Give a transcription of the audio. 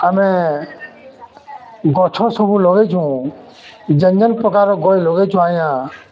ଆମେ ଗଛ୍ ସବୁ ଲଗେଇଛୁଁ ଯେନ୍ ଯେନ୍ ପ୍ରକାର ଗଛ୍ ଲଗେଇଛୁଁ ଆଜ୍ଞା